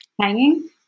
hanging